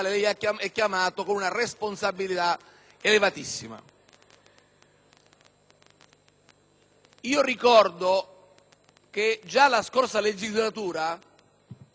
Ricordo che già nella scorsa legislatura, una legislatura complicata, in cui quest'Aula del Parlamento conosceva